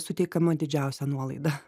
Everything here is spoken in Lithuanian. suteikiama didžiausia nuolaida